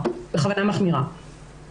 על זה נערכות המערכות בבתי המשפט.